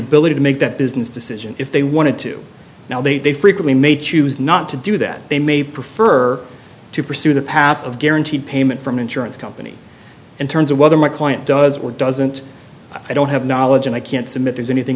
ability to make that business decision if they wanted to now they do frequently may choose not to do that they may prefer to pursue the path of guaranteed payment from insurance company in terms of whether my client does or doesn't i don't have knowledge and i can't submit there's anything